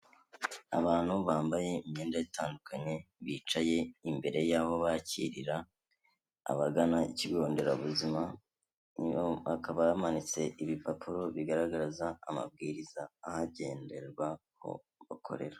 Abantu bambaye imyenda itandukanye bicaye imbere y'aho bakirira abagana ikigo nderabuzima hakaba hamanitse ibipapuro bigaragaza amabwiriza ahagenderwa aho bakorera.